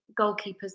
goalkeepers